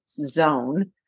zone